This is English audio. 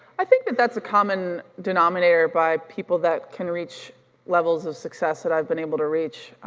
i think that that's a common denominator by people that can reach levels of success that i've been able to reach.